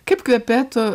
kaip kvepėtų